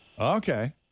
Okay